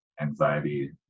anxiety